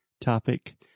topic